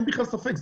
אין בכלל ספק,